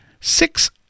six